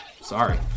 Sorry